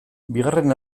bigarren